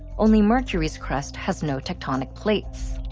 only mercury's crust has no tectonic plates.